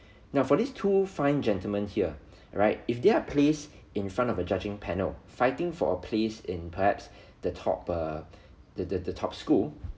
now for these two fine gentlemen here right if they are placed in front of a judging panel fighting for a place in perhaps the top err the the the top school